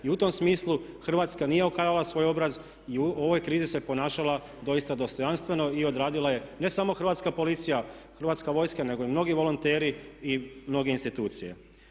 I u tom smislu Hrvatska nije okaljala svoj obraz i u ovoj krizi se ponašala doista dostojanstveno i odradila je ne samo Hrvatska policija, Hrvatska vojska nego i mnogi volonteri i mnoge institucije.